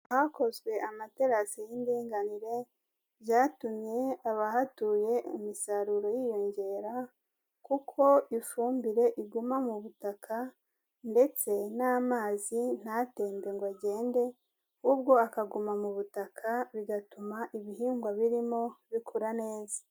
Ahakozwe amaterasi y'indinganire, byatumye abahatuye umusaruro wiyongera kuko ifumbire iguma mu butaka ndetse n'amazi ntatembe ngo agende ahubwo akaguma mu butaka, bigatuma ibihingwa birimo bikura neza.